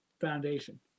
foundation